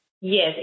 Yes